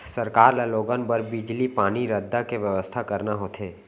सरकार ल लोगन बर बिजली, पानी, रद्दा के बेवस्था करना होथे